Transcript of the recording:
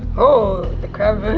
oh, the crab is